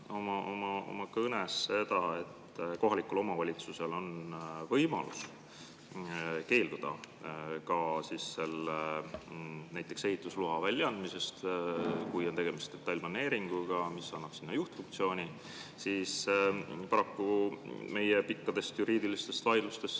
oma kõnes seda, et kohalikul omavalitsusel on võimalus keelduda näiteks ehitusloa väljaandmisest, kui on tegemist detailplaneeringuga, mis annaks [objektile] juhtfunktsiooni. Paraku meie pikkadest juriidilistest vaidlustest